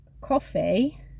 coffee